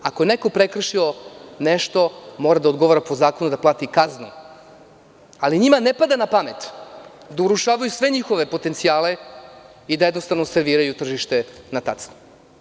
Ako je neko prekršio nešto mora da odgovara po zakonu da plati kaznu, ali njima ne pada na pamet da urušavaju sve njihove potencijale i da jednostavno serviraju tržište na tacnu.